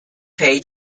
paid